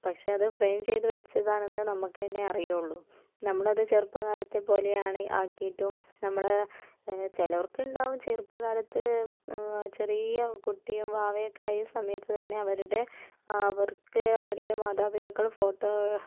പക്ഷേ അത് ഫ്രെയിം ചെയ്ത് വച്ചതാണെന്ന് നമുക്ക് തന്നെ അറിയുള്ളൂ നമ്മള് അത് ചെറുപ്പക്കാലത്തെ പോലെയാണ് ആക്കിയിട്ടും നമ്മള് ചിലവർക്കുണ്ടാകും ചെറുപ്പക്കാലത്ത് ചെറിയ കുട്ടി വാവയൊക്കെ ആയ സമയത്ത് തന്നെ അവരുടെ അവര്ക്ക് അവരുടെ മാതാപിതാക്കള് ഫോട്ടോ